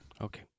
Okay